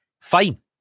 fine